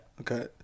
Okay